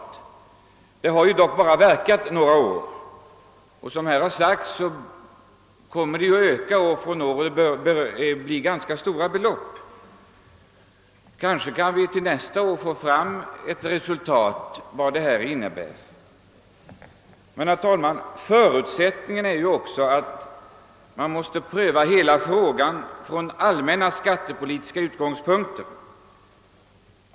De nya utjämningsreglerna har ju dock bara verkat några år, och såsom här har sagts kommer det att bli en ökning år från år — det kan bli ganska stora belopp. Kanske kan vi till nästa år få fram vad detta innebär. Men, herr talman, förutsättningen är ju att man prövar hela frågan från all männa skattepolitiska utgångspunkter.